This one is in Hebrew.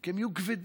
כי הם יהיו כבדים.